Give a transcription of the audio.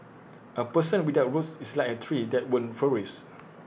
A person without roots is like A tree that won't flourish